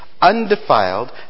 undefiled